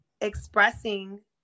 expressing